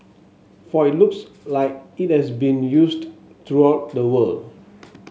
for it looks like it has been used throughout the world